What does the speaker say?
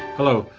hello,